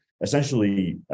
essentially